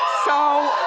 so